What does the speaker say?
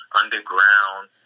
underground